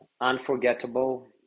unforgettable